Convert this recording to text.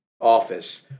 office